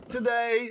Today